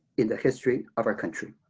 in the history of our country.